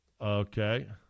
okay